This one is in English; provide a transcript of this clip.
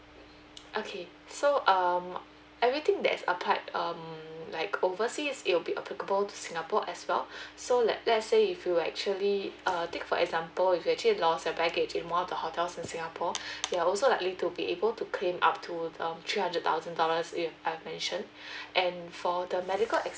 okay so um everything that's apart um like overseas it will be applicable to singapore as well so like let's say if you actually err take for example if you actually lost your baggage in one of the hotels in singapore they are also like you to be able to claim up to um three hundred thousand dollars if I've mentioned and for the medical